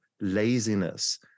laziness